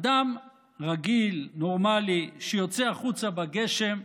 אדם רגיל, נורמלי, שיוצא החוצה בגשם,